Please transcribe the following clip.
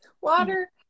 water